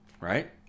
right